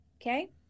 okay